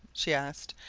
she asked,